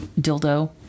dildo